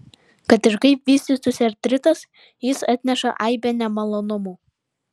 kad ir kaip vystytųsi artritas jis atneša aibę nemalonumų